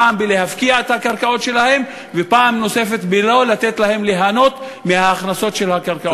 להפקיע את הקרקעות שלהם וגם לא לתת להם ליהנות מההכנסות של הקרקעות האלה.